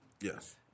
Yes